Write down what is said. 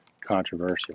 controversial